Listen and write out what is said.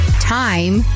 time